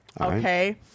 Okay